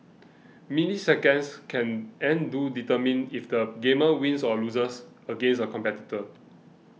milliseconds can and do determine if the gamer wins or loses against a competitor